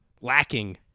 lacking